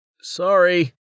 Sorry